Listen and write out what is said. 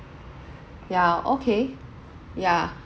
yeah okay yeah